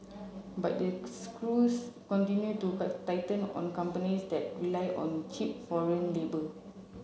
but the screws continue to tighten on companies that rely on cheap foreign labour